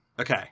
Okay